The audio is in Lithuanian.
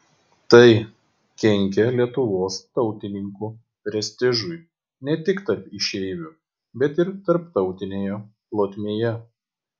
tai kenkė lietuvos tautininkų prestižui ne tik tarp išeivių bet ir tarptautinėje plotmėje